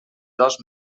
dos